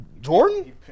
Jordan